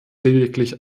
lediglich